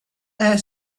air